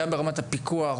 גם ברמת הפיקוח,